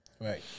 Right